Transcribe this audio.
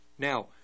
Now